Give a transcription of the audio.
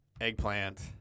eggplant